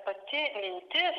pati mintis